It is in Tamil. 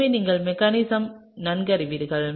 எனவே நீங்கள் மெக்கானிசம் நன்கு அறிவீர்கள்